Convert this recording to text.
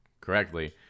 correctly